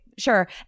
Sure